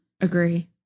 Agree